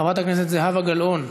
חברת הכנסת זהבה גלאון,